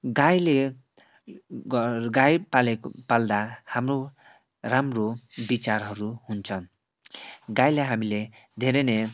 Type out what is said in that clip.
गाईले गर गाई पालेको पाल्दा हामो राम्रो बिचारहरू हुन्छन् गाईलाई हामीले धेरै नै